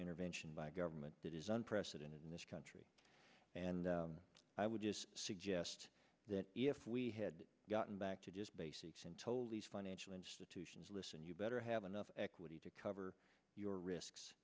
intervention by government that is unprecedented in this country and i would just suggest that if we had gotten back to just basics and told these financial institutions listen you better have enough equity to cover your risks